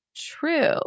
true